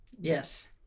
Yes